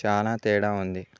చాలా తేడా ఉంది